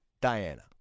Diana